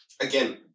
again